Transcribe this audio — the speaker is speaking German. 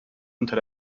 unter